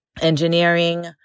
engineering